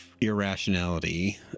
irrationality